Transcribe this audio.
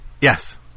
Yes